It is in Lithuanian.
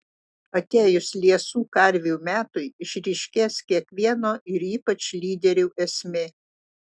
atėjus liesų karvių metui išryškės kiekvieno ir ypač lyderių esmė